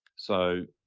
so,